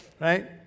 Right